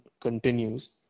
continues